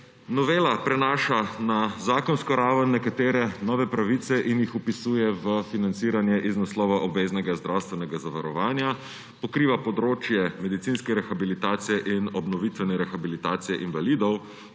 Novela prenaša na zakonsko raven nekatere nove pravice in jih vpisuje v financiranje iz naslova obveznega zdravstvenega zavarovanja, pokriva področje medicinske rehabilitacije in obnovitvene rehabilitacije invalidov,